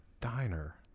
diner